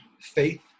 faith